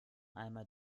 einmal